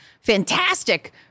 fantastic